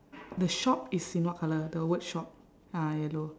the shop is in what colour the word shop ah yellow